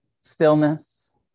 stillness